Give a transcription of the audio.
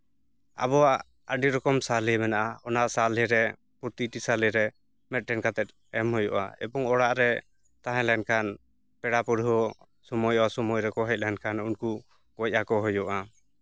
ᱟᱵᱚᱣᱟᱜ ᱟᱹᱰᱤ ᱨᱚᱠᱚᱢ ᱥᱟᱞᱮ ᱢᱮᱱᱟᱜᱼᱟ ᱚᱱᱟ ᱥᱟᱞᱮᱨᱮ ᱯᱨᱚᱛᱤᱴᱤ ᱥᱟᱞᱮᱨᱮ ᱢᱤᱫᱴᱮᱱ ᱠᱟᱛᱮᱫ ᱮᱢ ᱦᱩᱭᱩᱜᱼᱟ ᱮᱵᱚᱝ ᱚᱲᱟᱜ ᱨᱮ ᱛᱟᱦᱮᱸ ᱞᱮᱱᱠᱷᱟᱱ ᱯᱮᱲᱟ ᱯᱟᱹᱲᱦᱟᱹᱜ ᱥᱚᱢᱚᱭ ᱚᱥᱚᱢᱟᱹᱭ ᱨᱮ ᱠᱚ ᱦᱮᱡ ᱞᱮᱱᱠᱷᱟᱱ ᱩᱱᱠᱩ ᱜᱚᱡ ᱟᱠᱚ ᱦᱩᱭᱩᱜᱼᱟ